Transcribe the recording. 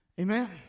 Amen